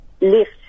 lift